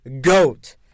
GOAT